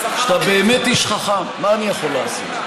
שאתה באמת איש חכם, מה אני יכול לעשות.